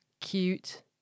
cute